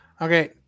Okay